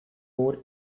more